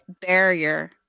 barrier